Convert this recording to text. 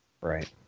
Right